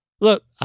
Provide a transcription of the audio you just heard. look